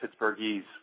Pittsburghese